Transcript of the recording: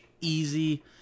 Easy